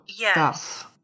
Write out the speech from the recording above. Yes